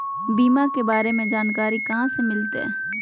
बीमा के बारे में जानकारी कहा से मिलते?